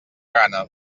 gana